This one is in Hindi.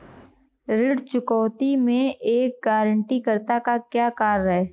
ऋण चुकौती में एक गारंटीकर्ता का क्या कार्य है?